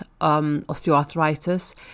osteoarthritis